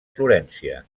florència